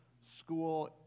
school